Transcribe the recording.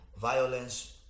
violence